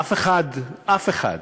אף אחד, אף אחד,